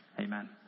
Amen